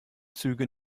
züge